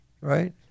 right